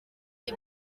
les